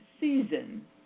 season